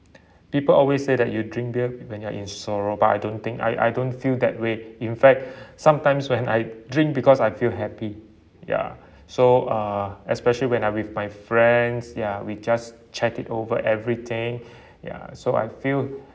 people always say that you drink beer when you're in sorrow but I don't think I I don't feel that way in fact sometimes when I drink because I feel happy ya so uh especially when I'm with my friends ya we just chat it over everything ya so I feel